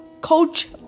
coach